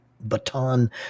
baton